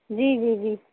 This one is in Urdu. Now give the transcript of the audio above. جی جی جی